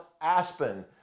Aspen